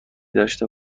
داشته